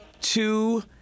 two